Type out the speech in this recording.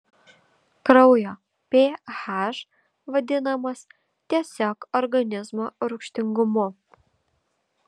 kraujo ph vadinamas tiesiog organizmo rūgštingumu